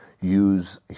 use